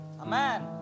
Amen